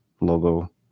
logo